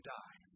die